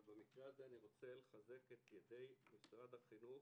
רוצה לחזק את ידי משרד החינוך,